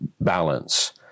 balance